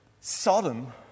Sodom